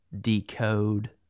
decode